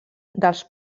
dels